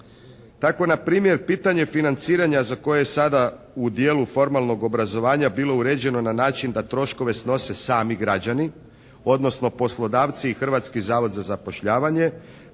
Tako npr. pitanje financiranja za koje sada u dijelu formalnog obrazovanja bilo uređeno na način da troškove snose sami građani, odnosno poslodavci i Hrvatski zavod za zapošljavanje,